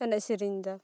ᱮᱱᱮᱡ ᱥᱮᱨᱮᱧ ᱮᱫᱟ